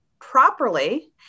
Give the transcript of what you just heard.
properly